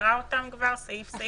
נקרא אותן סעיף-סעיף.